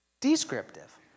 Descriptive